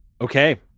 okay